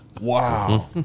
Wow